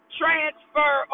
transfer